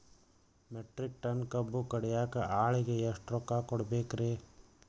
Metric ton ಕಬ್ಬು ಕಡಿಯಾಕ ಆಳಿಗೆ ಎಷ್ಟ ರೊಕ್ಕ ಕೊಡಬೇಕ್ರೇ?